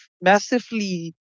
massively